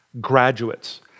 graduates